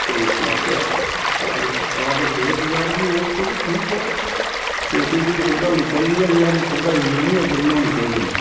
ते इस बास्तै सरकार ते शुक्रगजार बी आं ऐ चलो ठीक ऐ लोकें गी सुविधा होनी चाहिदी हल्ली हल्ली सुविधा इन्नी निं ऐ जिन्नी होनी चाहिदी ही